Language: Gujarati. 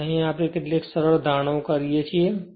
અને પછી આપણે કેટલીક સરળ ધારણાઓ કરીએ છીએ